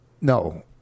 No